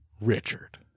Richard